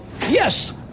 Yes